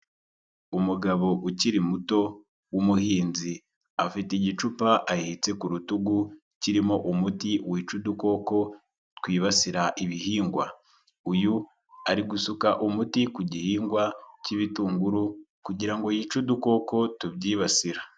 Umugabo ukiri muto w'umuhinzi afite igicupa ahitse ku rutugu kirimo umuti wica udukoko twibasira ibihingwa, uyu ari gusuka umuti ku gihingwa cy'ibitunguru kugirango ngo yice udukoko tubyibasira.